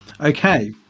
Okay